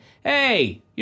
hey